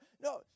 No